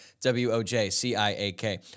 W-O-J-C-I-A-K